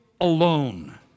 alone